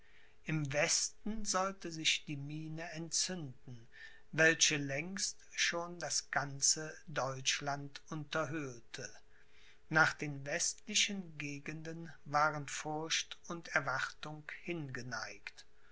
im westen sollte sich die mine entzünden welche längst schon das ganze deutschland unterhöhlte nach den westlichen gegenden waren furcht und erwartung hingeneigt